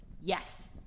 Yes